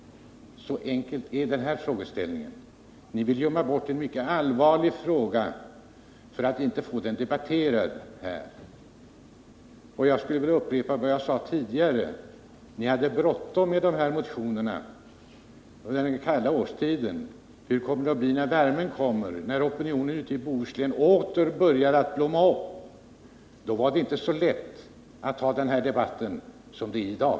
Ni vill gömma en mycket allvarlig fråga för att slippa få den debatterad här. Jag kan upprepa vad jag sade tidigare. Ni hade bråttom med att behandla dessa motioner under den kalla årstiden. När värmen kommer och opinionen i Bohuslän åter blommar upp, blir det inte så lätt att föra denna debatt som det är i dag.